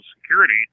security